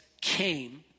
came